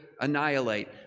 annihilate